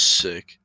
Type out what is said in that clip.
sick